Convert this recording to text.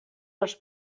les